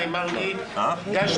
בהצלחה.